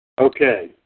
Okay